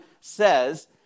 says